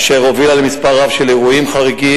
אשר הובילו למספר רב של אירועים חריגים